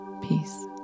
Peace